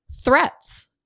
threats